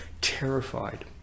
terrified